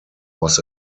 was